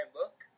look